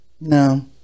no